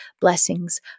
blessings